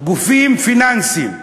גופים פיננסיים,